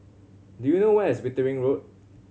do you know where is Wittering Road